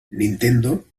nintendo